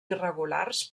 irregulars